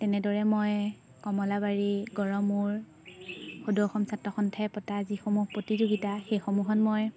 তেনেদৰে মই কমলাবাৰী গড়মূৰ সদৌ অসম ছাত্ৰ সন্থায় পতা যিসমূহ প্ৰতিযোগিতা সেইসমূহত মই